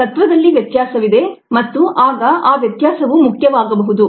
ಆದರೆ ತತ್ತ್ವದಲ್ಲಿ ವ್ಯತ್ಯಾಸವಿದೆ ಮತ್ತು ಆಗ ಆ ವ್ಯತ್ಯಾಸವು ಮುಖ್ಯವಾಗಬಹುದು